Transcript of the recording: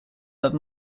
but